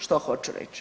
Što hoću reći?